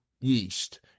yeast